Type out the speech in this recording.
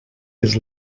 his